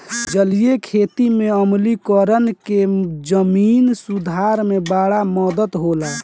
जलीय खेती में आम्लीकरण के जमीन सुधार में बड़ा मदद होला